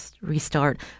restart